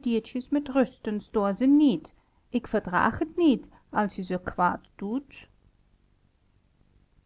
diertjes met rust en stoor ze niet ik verdraag het niet als je ze kwaad doet